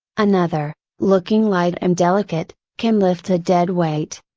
another, looking light and delicate, can lift a dead weight.